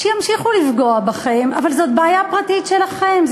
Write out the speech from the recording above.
שימשיכו לפגוע בכן, אבל זו בעיה פרטית שלכן?